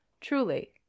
truly